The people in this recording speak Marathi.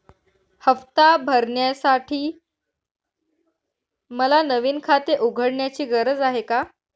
हफ्ता भरण्यासाठी मला नवीन खाते उघडण्याची गरज आहे का?